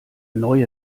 neue